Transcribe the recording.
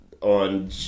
on